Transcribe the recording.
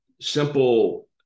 simple